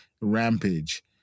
rampage